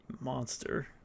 monster